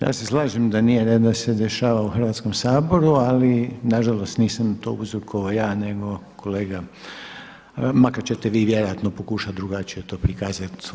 Ja se slažem da nije red da se dešava u Hrvatskom saboru, ali na žalost nisam to uzrokovao ja, nego kolega, makar ćete vi vjerojatno pokušati drugačije to prikazati.